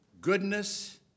goodness